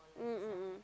mm mm mm